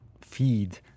feed